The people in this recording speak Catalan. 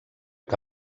que